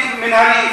נגד ערבים,